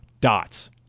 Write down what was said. Dots